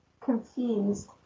confused